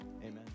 amen